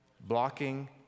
blocking